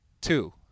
two –